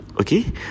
Okay